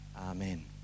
amen